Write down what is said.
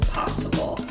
possible